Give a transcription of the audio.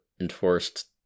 enforced